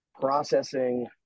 processing